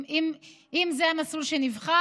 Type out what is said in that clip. אם זה יהיה המסלול שנבחר.